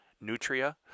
Nutria